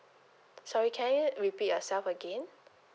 sorry can you repeat yourself again